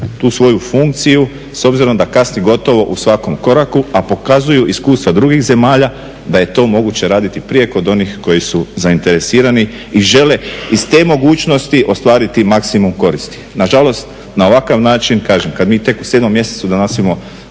tu svoju funkciju s obzirom da kasni gotovo u svakom koraku, a pokazuju iskustva drugih zemalja da je to moguće raditi prije kod onih koji su zainteresirani i žele iz te mogućnosti ostvariti maksimum koristi. Na žalost na ovakav način kažem kad mi tek u 7 mjesecu donosimo